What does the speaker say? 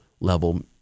level